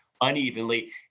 unevenly